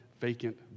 vacant